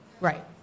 Right